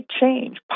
change